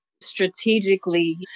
strategically